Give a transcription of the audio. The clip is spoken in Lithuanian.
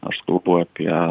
aš kalbu apie